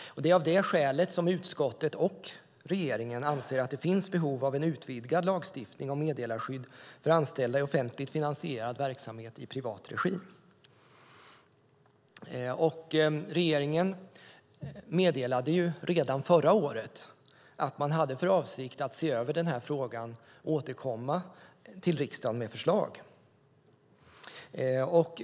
Det är av det skälet som utskottet och regeringen anser att det finns behov av en utvidgad lagstiftning om meddelarskydd för anställda i offentligt finansierad verksamhet i privat regi. Regeringen meddelade redan förra året att man hade för avsikt att se över den här frågan och återkomma till riksdagen med förslag.